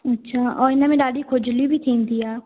अच्छा ऐं हिन में ॾाढी खुजली बि थींदी आहे